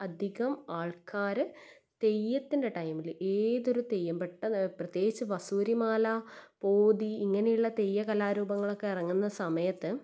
അധികം ആൾക്കര് തെയ്യത്തിൻ്റെ ടൈമില് ഏതൊരു തെയ്യം പെട്ടന്ന് പ്രത്യേകിച്ച് വസൂരിമാല പോതി ഇങ്ങനെയുള്ള തെയ്യം കലാരൂപങ്ങളൊക്കെ ഇറങ്ങുന്ന സമയത്ത്